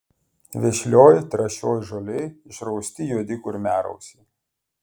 vešlioj trąšioj žolėj išrausti juodi kurmiarausiai